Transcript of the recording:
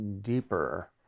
deeper